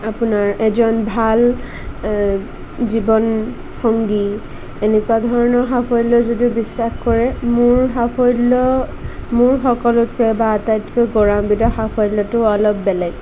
আপোনাৰ এজন ভাল জীৱনসংগী এনেকুৱা ধৰণৰ সাফল্য যদি বিশ্বাস কৰে মোৰ সাফল্য মোৰ সকলোতকৈ বা আটাইতকৈ গৌৰৱান্বিত সাফল্যটো অলপ বেলেগ